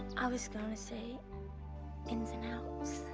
i was gonna say ins and outs.